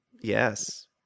Yes